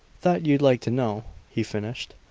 thought you'd like to know, he finished.